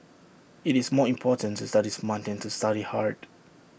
IT is more important to study smart than to study hard